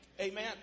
Amen